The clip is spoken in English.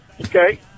okay